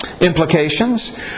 implications